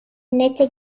nette